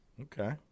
Okay